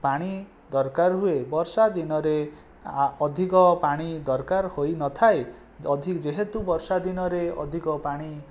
ପାଣି ଦରକାର ହୁଏ ବର୍ଷା ଦିନରେ ଆଃ ଅଧିକ ପାଣି ଦରକାର ହୋଇନଥାଏ ଅଧି ଯେହେତୁ ବର୍ଷା ଦିନରେ ଅଧିକ ପାଣି